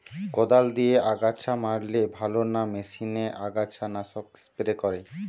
কদাল দিয়ে আগাছা মারলে ভালো না মেশিনে আগাছা নাশক স্প্রে করে?